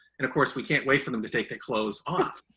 and of course, we can't wait for them to take their clothes off.